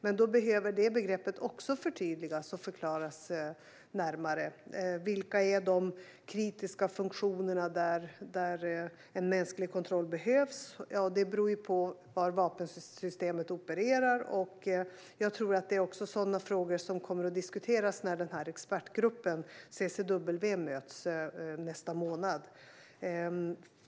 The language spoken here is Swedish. Men då behöver det begreppet också förtydligas och förklaras närmare. Vilka är de kritiska funktionerna där mänsklig kontroll behövs? Ja, det beror ju på var vapensystemet opererar. Jag tror att det också är sådana frågor som kommer att diskuteras när expertgruppen CCW möts i nästa månad.